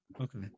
Okay